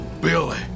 Billy